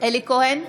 אלי כהן,